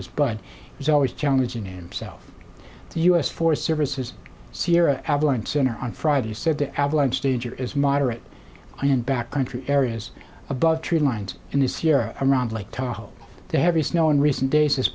as bud was always challenging him self to us for services sierra avalon center on friday said the avalanche danger is moderate and back country areas above tree lines and this year around lake tahoe the heavy snow in recent days is